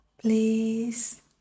please